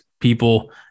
people